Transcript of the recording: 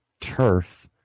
turf